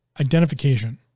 Identification